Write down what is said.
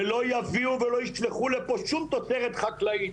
ולא יביאו ולא ישלחו לפה שום תוצרת חקלאית.